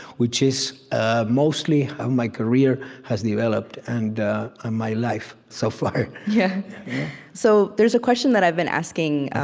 which is ah mostly how my career has developed and ah my life so far. yeah so there's a question that i've been asking,